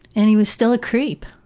and he was still a creep,